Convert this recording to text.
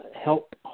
help